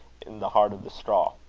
in the heart of the straw.